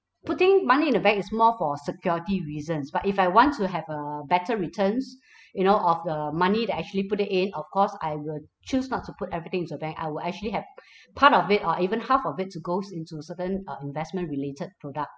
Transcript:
putting money in a bank is more for security reasons but if I want to have uh better returns you know of the money that I actually put it in of course I will choose not to put everything into a bank I will actually have part of it or even half of it to goes into certain uh investment related product